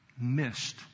missed